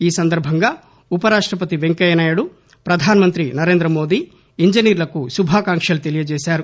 ఈసందర్బంగా ఉప రాష్ట్రపతి వెంకయ్య నాయుడు ప్రధాన మంగ్రి నరేంద్ర మోదీ ఇంజనీర్లకు శుభాకాంక్షలు తెలియజేశారు